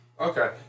Okay